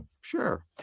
Sure